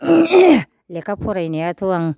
लेखा फरायनायाथ' आं